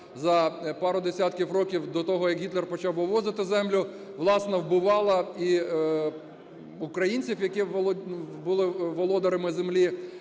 за пару десятків років до того, як Гітлер почав вивозити землю, власне, вбивала і українців, які були володарями землі,